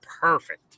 perfect